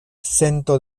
sento